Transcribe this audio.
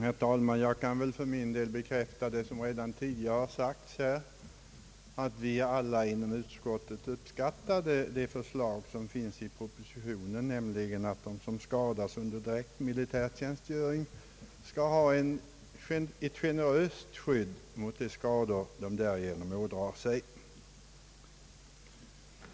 Herr talman! Jag kan för min del bekräfta vad som redan tidigare sagts här att vi alla inom utskottet uppskattar det förslag som framlagts i propositionen, nämligen att de som skadas under direkt militärtjänstgöring skall ha ett generöst skydd mot de skador de därigenom ådrar sig.